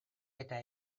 eta